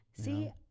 See